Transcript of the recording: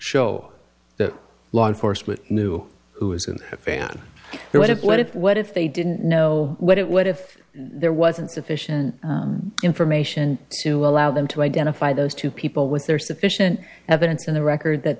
that law enforcement new who isn't a fan or what if what if what if they didn't know what it would if there wasn't sufficient information to allow them to identify those two people with their sufficient evidence in the record that